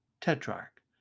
tetrarch